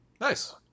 Nice